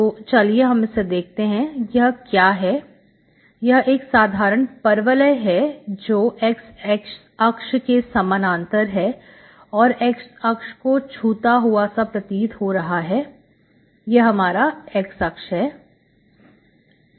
तो चलिए हम इसे देखते हैं यह क्या है यह एक साधारण परवलय जो x अक्ष समानांतर है और x अक्ष को छूता हुआ प्रतीत हो रहा है तो यह हमारा x अक्ष है